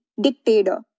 Dictator